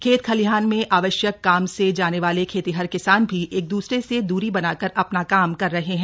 खेत खलिहान में आवश्यक काम से जाने वाले खेतिहर किसान भी एक दूसरे से दूरी बनाकर अपना काम कर रहे हैं